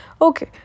Okay